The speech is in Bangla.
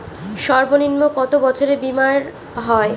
সর্বনিম্ন কত বছরের বীমার হয়?